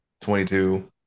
22